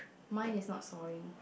mine is not sawing